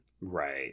Right